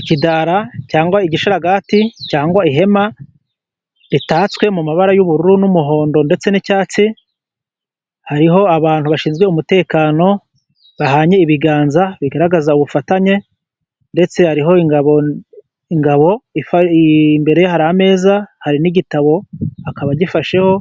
Ikidara cyangwa igisharagati cyangwa ihema ritatswe mu mabara y'ubururu n'umuhondo ndetse n'icyatsi, hariho abantu bashinzwe umutekano, bahanye ibiganza bigaragaza ubufatanye, ndetse hariho ingabo, ingabo imbere ye hari ameza, hari n'igitabo, akaba agifasheho,